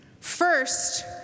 First